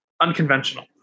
unconventional